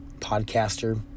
Podcaster